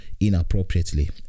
inappropriately